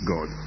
God